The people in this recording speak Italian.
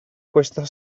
questa